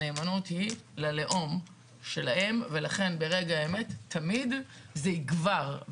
הנאמנות היא ללאום שלהם ולכן ברגע האמת תמיד זה יגבר,